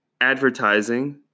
advertising